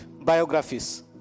biographies